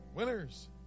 winners